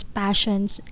passions